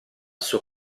suo